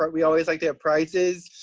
but we always like to have prizes.